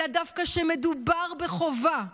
אלא שמדובר דווקא בחובה ובאחריות.